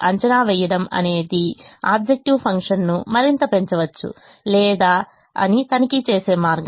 అంచనా వెయ్యడం అనేది ఆబ్జెక్టివ్ ఫంక్షన్ను మరింత పెంచవచ్చు లేదో అని తనిఖీ చేసే మార్గం